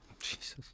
Jesus